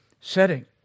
setting